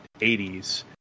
80s